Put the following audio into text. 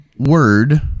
word